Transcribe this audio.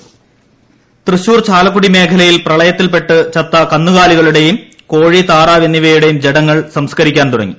ട്ടടടടടട തൃശൂർ പ്രളയം തൃശ്ശൂർ ചാലക്കുടി മേഖലയിൽ പ്രളയത്തിൽപ്പെട്ട് ചത്ത കന്നുകാലികളുടെയും കോഴി താറാവ് എന്നിവയുടെയും ജഡങ്ങൾ സംസ്കരിക്കാൻ തുടങ്ങി